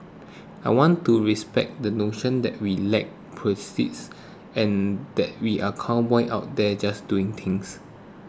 I want to respect the notion that we lack proceeds and that we are cowboys out there just doing things